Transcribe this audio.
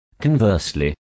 Conversely